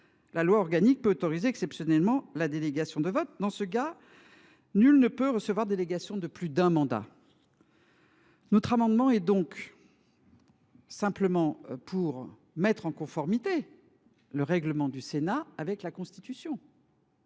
La loi organique peut autoriser exceptionnellement la délégation de vote. Dans ce cas nul, ne peut recevoir délégation de plus d’un mandat. » Notre amendement vise donc simplement à mettre en conformité le règlement du Sénat avec la Constitution.